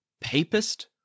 Papist